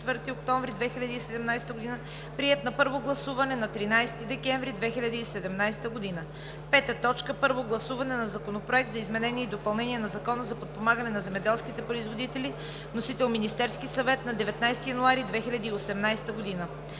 24 октомври 2017 г. Приет на първо гласуване на 13 декември 2017 г. 5. Първо гласуване на Законопроекта за изменение и допълнение на Закона за подпомагане на земеделските производители. Вносител – Министерският съвет, 19 януари 2018 г.